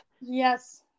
yes